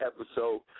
episode